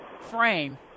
frame